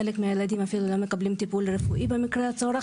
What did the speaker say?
חלק מהילדים אפילו לא מקבלים טיפול רפואי במקרה הצורך.